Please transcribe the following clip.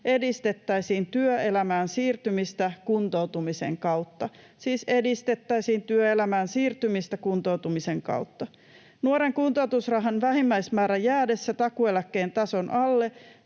edistettäisiin työelämään siirtymistä kuntoutumisen kautta.” — Siis edistettäisiin työelämään siirtymistä kuntoutumisen kautta. — ”Nuoren kuntoutusrahan vähimmäismäärän jäädessä takuueläkkeen tason alle